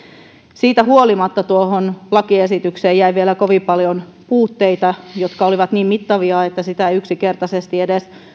siitä huolimatta tuohon lakiesitykseen jäi vielä kovin paljon puutteita jotka olivat niin mittavia että sitä eivät yksinkertaisesti edes